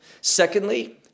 Secondly